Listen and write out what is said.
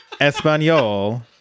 Espanol